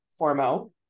Formo